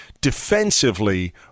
defensively